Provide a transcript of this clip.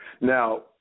Now